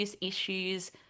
issues